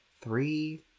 three